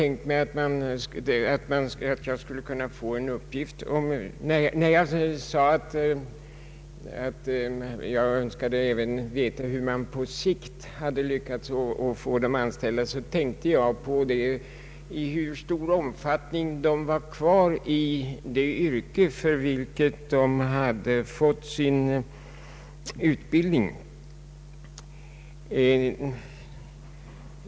När jag skrev att jag även Öönskade veta hur man på sikt hade lyckats placera vederbörande tänkte jag på i hur stor omfattning de var kvar i det yrke för vilket de fått utbildning.